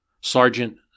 Sergeant